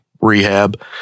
rehab